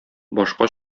башка